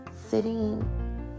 sitting